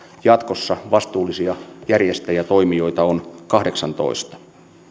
jatkossa vastuullisia järjestäjätoimijoita on kahdeksantoista